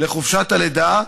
לחופשת הלידה,